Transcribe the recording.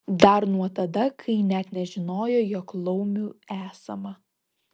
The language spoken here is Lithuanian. dar nuo tada kai net nežinojo jog laumių esama